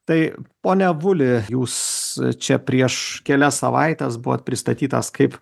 tai pone avuli jūs čia prieš kelias savaites buvot pristatytas kaip